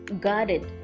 guarded